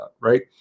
right